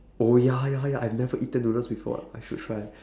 oh ya ya ya I've never eaten noodles before I should try